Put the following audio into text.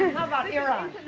about iran?